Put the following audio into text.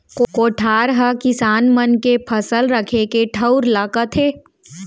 कोठार हकिसान मन के फसल रखे के ठउर ल कथें